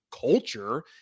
culture